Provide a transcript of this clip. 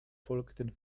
folgten